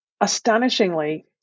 astonishingly